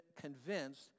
convinced